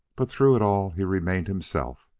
but through it all he remained himself,